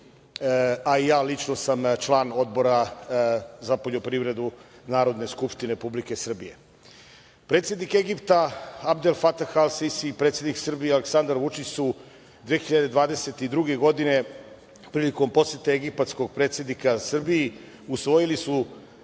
a i ja lično sam član Odbora za poljoprivredu Narodne skupštine Republike Srbije. Predsednik Egipta Abdel Fatah el Sisi i predsednik Srbije Aleksandar Vučić su 2022. godine prilikom posete egipatskog predsednika Srbiji usvojili